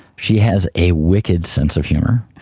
she has a wicked sense of humour.